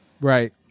right